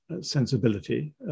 sensibility